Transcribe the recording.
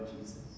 Jesus